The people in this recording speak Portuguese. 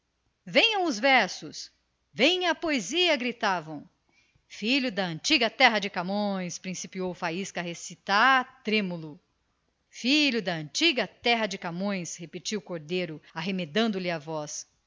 venham os versos venha a poesia reclamavam filho da antiga terra de camões principiou o faísca a recitar trêmulo filho da antiga terra de camões repetiu o cordeiro arremedando lhe a voz